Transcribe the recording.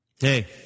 Hey